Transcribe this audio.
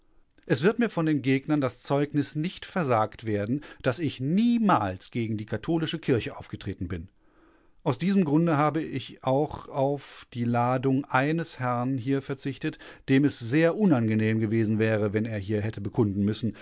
es wird mir von den gegnern das zeugnis nicht versagt werden daß ich niemals gegen die katholische kirche aufgetreten bin aus diesem grunde habe ich auch auf die ladung eines herrn hier verzichtet dem es sehr unangenehm gewesen wäre wenn er hier hätte bekunden müssen